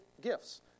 gifts